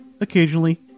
occasionally